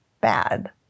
bad